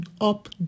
up